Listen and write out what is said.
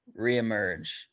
reemerge